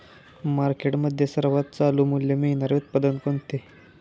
मार्केटमध्ये सर्वात चालू मूल्य मिळणारे उत्पादन कोणते?